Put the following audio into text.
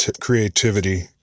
creativity